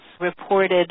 reported